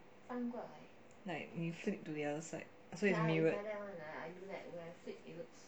like you flip to the other side so it's mirrored